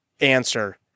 answer